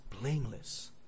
blameless